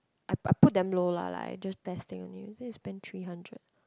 I I put damn low lah like I just testing only so we spent three hundred